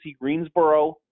Greensboro